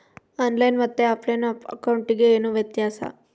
On line ಮತ್ತೆ offline ಅಕೌಂಟಿಗೆ ಏನು ವ್ಯತ್ಯಾಸ?